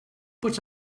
but